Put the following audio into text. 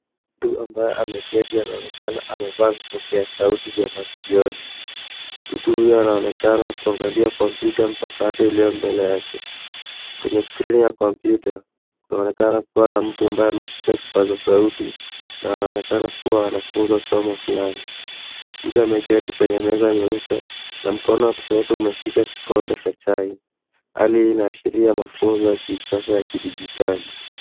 Mtu ambaye ameketi anaonekana amevaa vipokea sauti vya masikioni. Mtu huyo anaonekana kuangalia kompyuta mpakato iliyo mbele yake. Kwenye skrini ya kompyuta kunaonekana kuwa na mtu ambaye ameeshika kipaza sauti na anaonekana kuwa anafunza somo fulani. Mtu ameketi kwenye meza nyeupe na mkono wa kushoto umeshika kikombe cha chai. Hali hii inaashiria mafunzo ya kisasa ya kidijitali.